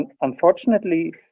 Unfortunately